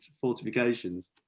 fortifications